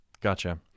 Gotcha